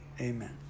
Amen